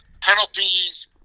penalties –